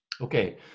Okay